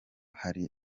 hari